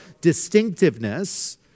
distinctiveness